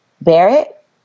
Barrett